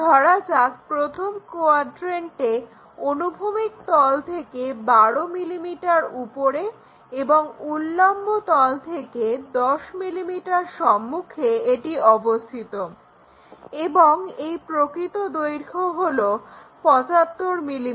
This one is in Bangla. ধরা যাক প্রথম কোয়াড্রেন্টে অনুভূমিক তল থেকে 12 mm উপরে এবং উল্লম্ব তল থেকে 10 mm সম্মুখে এটি অবস্থিত এবং এই প্রকৃত দৈর্ঘ্য হলো 75 mm